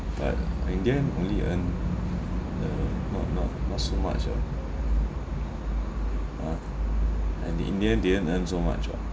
but in the end only earn uh not not not so much ah [ah]and the in the end didn't earn so much [what]